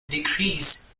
decrease